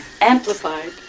amplified